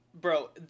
Bro